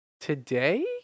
today